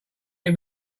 him